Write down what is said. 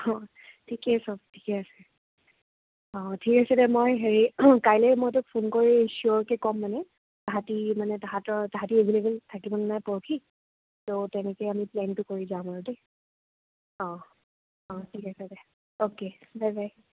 অ' ঠিকেই চব ঠিকে আছে অ' ঠিক আছে দে মই হেৰি কাইলৈ মই তোক ফোন কৰি চিয়'ৰকৈ ক'ম মানে তাঁহাতি মানে তাঁহাতৰ তাঁহাতি এভেলে'বল থাকিবনে নাই বা পৰহি ত' তেনেকৈ আমি প্লেনটো কৰি যাম আৰু দেই অহ অহ ঠিক আছে দে অ'কে বাই বাই